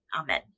Amen